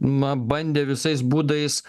na bandė visais būdais